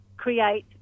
create